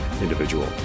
individual